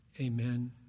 Amen